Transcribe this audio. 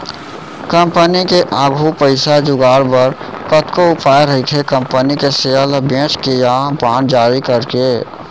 company के आघू पइसा जुगाड़ बर कतको उपाय रहिथे कंपनी के सेयर ल बेंच के या बांड जारी करके